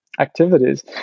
activities